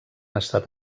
estat